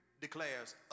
declares